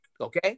Okay